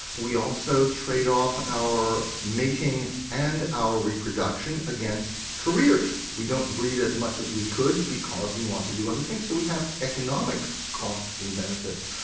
we also trade off our mating and our reproduction against careers. we don't breed as much as we could because we want to do other things, so we have economic costs and benefits.